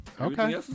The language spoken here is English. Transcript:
Okay